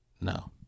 No